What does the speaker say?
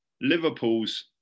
Liverpool's